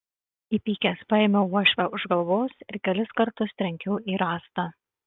įpykęs paėmiau uošvę už galvos ir kelis kartus trenkiau į rąstą